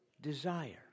desire